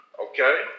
okay